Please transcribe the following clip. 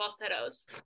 falsettos